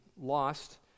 lost